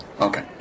Okay